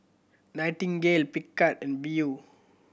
Nightingale Picard and Viu